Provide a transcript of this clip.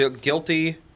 guilty